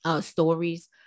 stories